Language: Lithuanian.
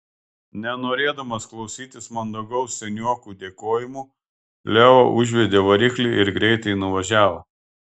nenorėdamas klausytis mandagaus senioko dėkojimų leo užvedė variklį ir greitai nuvažiavo